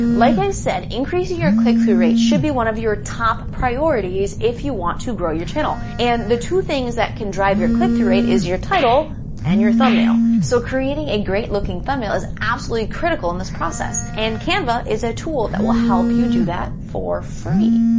like i said increasing your click-through rate should be one of your top priorities if you want to grow your channel. and the two things that can drive your click-through rate is your title and your thumbnail. so creating a great-looking thumbnail is absolutely critical in this process. and canava is a tool that will help you do that for free.